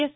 yes